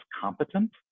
competent